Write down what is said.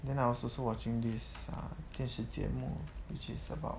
then I was also watching this err 电视节目 which is about